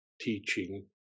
teaching